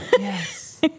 Yes